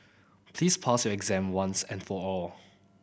please pass your exam once and for all